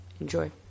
Enjoy